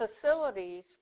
facilities